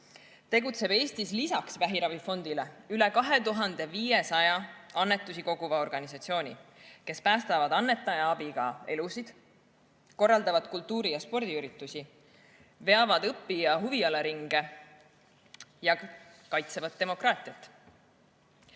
tegutseb Eestis lisaks vähiravifondile üle 2500 annetusi koguva organisatsiooni, kes päästavad annetajate abiga elusid, korraldavad kultuuri- ja spordiüritusi, veavad õpi- ja huvialaringe ning kaitsevad demokraatiat.